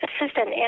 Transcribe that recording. assistant